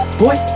boy